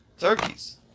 turkeys